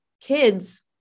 kids